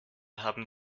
haben